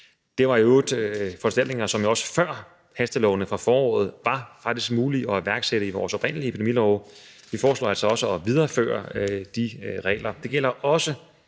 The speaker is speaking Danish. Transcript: i øvrigt foranstaltninger, som det jo også før hasteloven fra foråret faktisk var muligt at iværksætte i vores oprindelig epidemilov. Vi foreslår altså også at videreføre de regler.